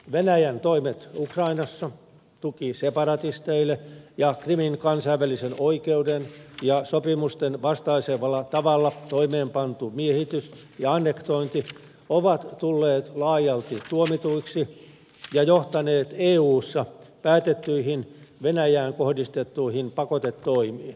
venäjän toimet ukrainassa tuki separatisteille ja krimin kansainvälisen oikeuden ja sopimusten vastaisella tavalla toimeenpantu miehitys ja annektointi ovat tulleet laajalti tuomituiksi ja johtaneet eussa päätettyihin venäjään kohdistettuihin pakotetoimiin